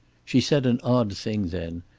she said an odd thing then,